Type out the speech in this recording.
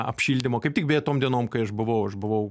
apšildymo kaip tik beje tom dienom kai aš buvau aš buvau